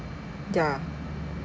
ya